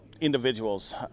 individuals